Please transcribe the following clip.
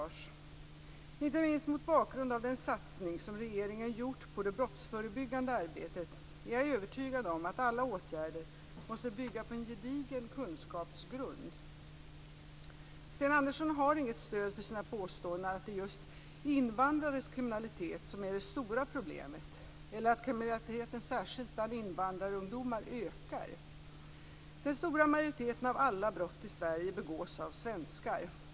Inte minst mot bakgrund av den satsning som regeringen gjort på det brottsförebyggande arbetet är jag övertygad om att alla åtgärder måste bygga på en gedigen kunskapsgrund. Sten Andersson har inget stöd för sina påståenden att det är just invandrares kriminalitet som är det stora problemet eller att kriminaliteten särskilt bland invandrarungdomar ökar. Den stora majoriteten av alla brott i Sverige begås av svenskar.